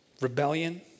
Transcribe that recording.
Rebellion